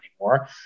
anymore